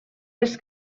les